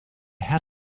had